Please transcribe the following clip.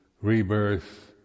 rebirth